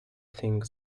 think